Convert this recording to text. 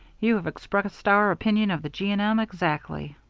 you have expressed our opinion of the g. and m. exactly.